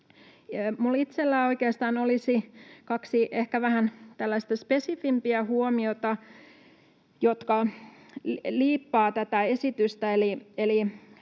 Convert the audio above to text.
vähän tällaista spesifimpää huomiota, jotka liippaavat tätä esitystä.